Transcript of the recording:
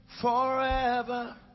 forever